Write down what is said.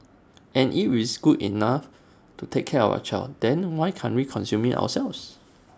and if it's good enough to take care of our child then why can't we consume IT ourselves